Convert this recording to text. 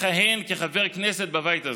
לכהן כחבר כנסת בבית הזה,